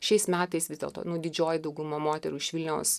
šiais metais vis dėlto nu didžioji dauguma moterų iš vilniaus